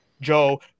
Joe